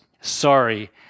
sorry